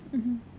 mmhmm